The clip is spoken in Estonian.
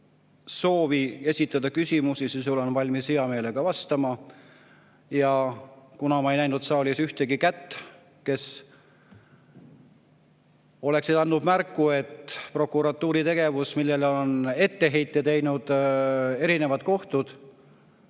soovi esitada küsimusi, siis olen valmis hea meelega vastama. Kuna ma ei näinud saalis ühtegi [inimest], kes oleks andnud käega märku, et prokuratuuri tegevus, millele on etteheiteid teinud erinevad kohtud,